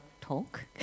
talk